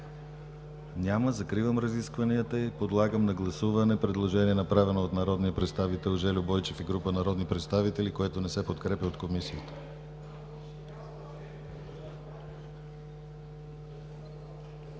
Няма. Закривам разискванията и подлагам на гласуване предложението, направено от народния представител Жельо Бойчев и група народни представители, което не се подкрепя от Комисията.